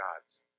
God's